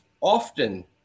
often